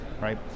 right